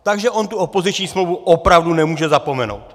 Takže on tu opoziční smlouvu opravdu nemůže zapomenout.